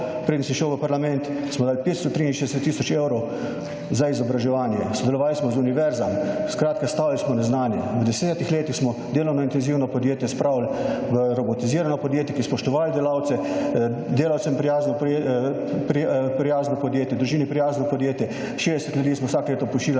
preden sem šel v parlament, sem napisal 63 tisoč evrov za izobraževanje, sodelovali smo z univerzami, skratka ostali smo neznani. V desetih letih smo delovno intenzivno podjetje spravili v robotizirano podjetje, ki je spoštoval delavce, delavcem prijazno podjetje, družini prijazno podjetje, 60 ljudi smo vsako leto pošiljali